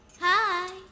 Hi